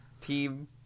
Team